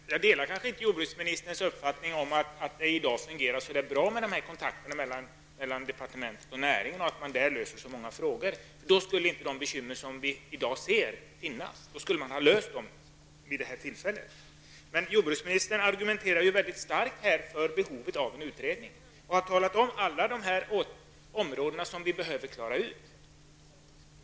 Herr talman! Jag delar kanske inte jordbruksministerns uppfattning om att kontakterna mellan departementet och näringen i dag fungerar så bra och att man därigenom löser så många problem. Då skulle de bekymmer som vi i dag ser inte finnas. Då skulle man ha löst dessa problem. Jordbruksministern argumenterar här mycket starkt för behovet av en utredning. Han har redogjort för alla de områden som behöver klaras ut.